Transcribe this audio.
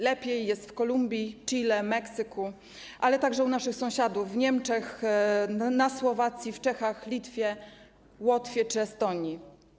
Lepiej jest w Kolumbii, Chile, Meksyku, ale także u naszych sąsiadów: w Niemczech, na Słowacji, w Czechach, na Litwie, Łotwie czy w Estonii.